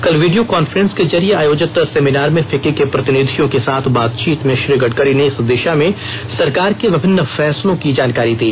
कल video conference र्क जरिए आयोजित सेमिनार में फिक्की के प्रतिनिधियों के साथ बातचीत में श्री गडकरी ने इस दिशा में सरकार के विभिन्न फैसलों की जानकारी दी